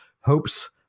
hopes